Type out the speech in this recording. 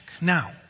Now